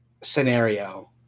scenario